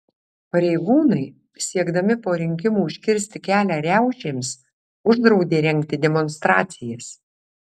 pareigūnai siekdami po rinkimų užkirsti kelią riaušėms uždraudė rengti demonstracijas